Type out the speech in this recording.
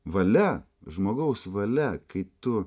valia žmogaus valia kai tu